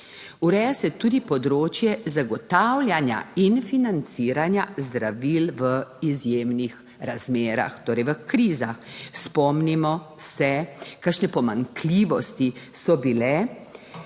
Ureja se tudi področje zagotavljanja in financiranja zdravil v izjemnih razmerah, torej v krizah. Spomnimo se, kakšne pomanjkljivosti so bile